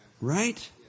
Right